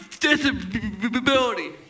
Disability